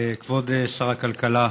כבוד שר הכלכלה,